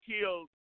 killed